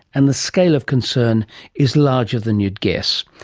and the scale of concern is larger than you'd guess.